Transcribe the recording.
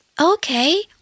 Okay